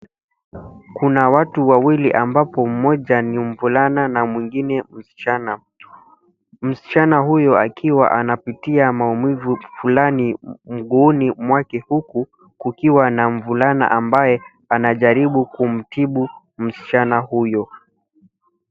Kuna watu wawili ambapo mmoja ni mvulana na mwingine ni msichana. Msichana huyo akiwa anapitia maumivu fulani mguuni mwake huku kukiwa na mvulana ambaye anajaribu kumtibu msichana huyo.